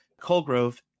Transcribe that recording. Colgrove